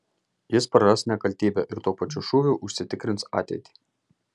jis praras nekaltybę ir tuo pačiu šūviu užsitikrins ateitį